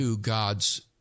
God's